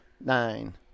nine